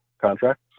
contract